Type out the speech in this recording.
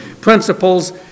principles